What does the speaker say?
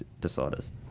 disorders